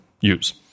use